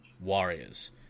Warriors